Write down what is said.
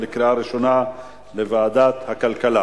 לדיון מוקדם בוועדת הכלכלה